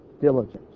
diligence